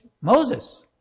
Moses